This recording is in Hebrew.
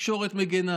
תקשורת מגינה,